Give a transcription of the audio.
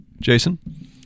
Jason